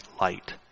light